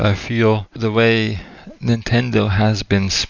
ah feel the way nintendo has been so